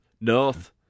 North